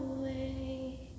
away